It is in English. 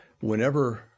whenever